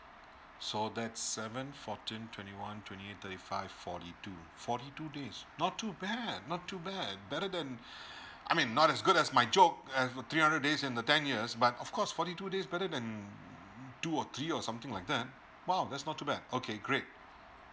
so that's seven fourteen twenty one twenty eight thirty five forty two forty two days not too bad not too bad better than I mean not as good as my joke th~ three hundred days in the ten years but of course forty two days but then um two or three something like that !wow! that's not too bad okay great